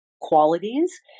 qualities